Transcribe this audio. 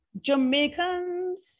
Jamaicans